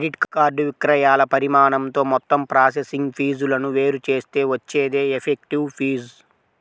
credit card విక్రయాల పరిమాణంతో మొత్తం ప్రాసెసింగ్ ఫీజులను వేరు చేస్తే వచ్చేదే ఎఫెక్టివ్ ఫీజు